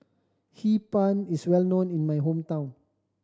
Hee Pan is well known in my hometown